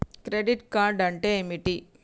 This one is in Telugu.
క్రెడిట్ కార్డ్ అంటే ఏమిటి?